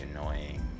annoying